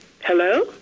Hello